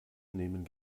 nehmen